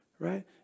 Right